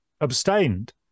abstained